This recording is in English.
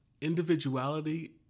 Individuality